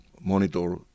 monitor